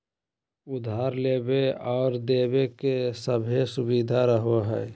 उधार लेबे आर देबे के सभै सुबिधा रहो हइ